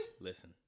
listen